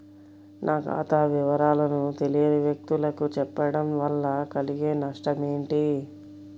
నా ఖాతా వివరాలను తెలియని వ్యక్తులకు చెప్పడం వల్ల కలిగే నష్టమేంటి?